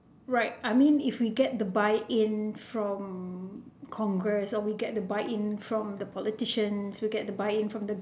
right I mean if we get the buy in from congress or we get the buy in from the politicians who get the buy in from the